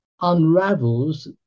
unravels